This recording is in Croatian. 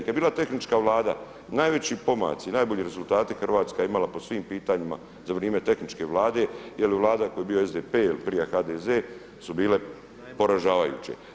Kad je bila tehnička Vlada, najveći pomaci, najbolji rezultati Hrvatska je imala po svim pitanjima za vrijeme tehničke Vlade jer Vlada u kojoj je bio SDP ili prije HDZ su bile poražavajuće.